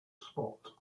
spot